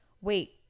wait